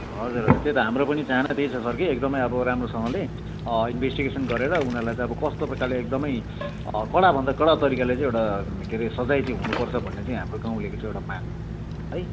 हजुर हजुर त्यही त हाम्रो पनि चाहना त्यही छ सर कि एकदमै अब राम्रोसँगले इन्भेस्टिगेसन गरेर उनीहरूलाई चाहिँ अब कस्तो प्रकारले एकदमै कडा भन्दा कडा तरिकाले चाहिँ एउटा के अरे सजाय चाहिँ हुनुपर्छ भन्ने चै हामी गाउँलेको चाहिँ एउटा माग हो है